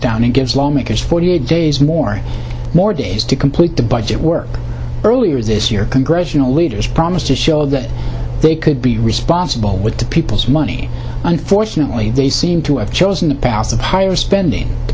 shutdown and gives lawmakers forty eight days more more days to the budget work earlier this year congressional leaders promised to show that they could be responsible with the people's money unfortunately they seem to have chosen the pass of higher spending the